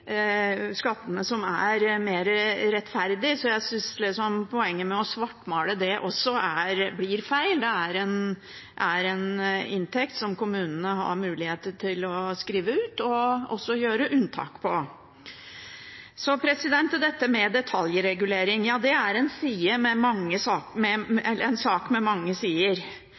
skattene som er mer rettferdig, så jeg syns poenget med å svartmale det også blir feil. Det er en inntekt som kommunene har mulighet til å skrive ut, og også gjøre unntak fra. Så til dette med detaljregulering. Ja, det er en sak med mange